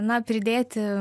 na pridėti